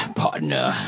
partner